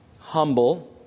humble